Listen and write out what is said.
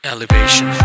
Elevation